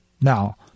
Now